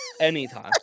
Anytime